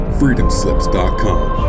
freedomslips.com